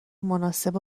مناسب